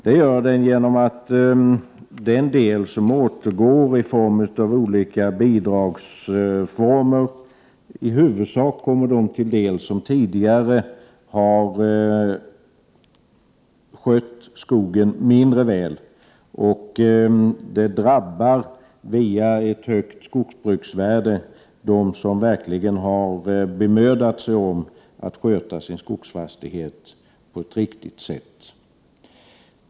Det gör den genom att den del som återgår i form av olika bidrag i huvudsak 26 kommer dem till del som tidigare har skött skogen mindre väl och den drabbar, via ett högt skogsbruksvärde, dem som verkligen har bemödat sig Prot. 1988/89:124 om att sköta sin skogsfastighet på ett riktigt sätt.